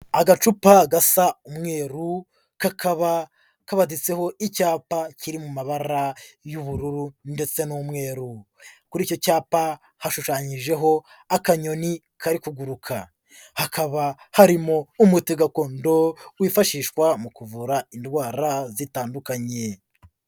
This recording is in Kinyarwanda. Agacupa gasa umweru kakaba kabaditseho icyapa kiri mu mabara y'ubururu, ndetse n'umweru. Kuri icyo cyapa hashushanyijeho akanyoni kari kuguruka hakaba harimo umuti gakondo wifashishwa mu kuvura indwara zitandukanye.